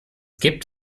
gibt